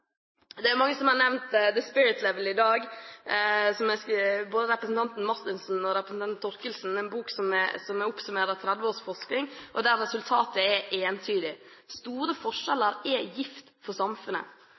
Det er mange som har nevnt «The Spirit Level» i dag – både representanten Marthinsen og representanten Thorkildsen – en bok som oppsummerer 30 års forskning, og der resultatet er entydig: Store